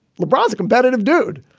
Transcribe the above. lebron's a competitive dude.